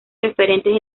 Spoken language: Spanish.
referentes